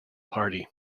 party